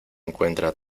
encuentra